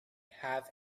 have